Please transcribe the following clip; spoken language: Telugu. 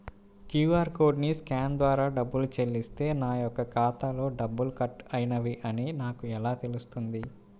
క్యూ.అర్ కోడ్ని స్కాన్ ద్వారా డబ్బులు చెల్లిస్తే నా యొక్క ఖాతాలో డబ్బులు కట్ అయినవి అని నాకు ఎలా తెలుస్తుంది?